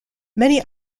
many